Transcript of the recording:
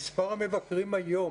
מספר המבקרים היום